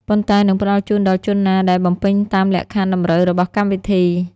ប៉ុន្តែនឹងផ្តល់ជូនដល់ជនណាដែលបំពេញតាមលក្ខខណ្ឌតម្រូវរបស់កម្មវិធី។